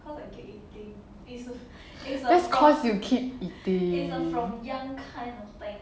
that's cause you keep eating